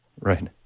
right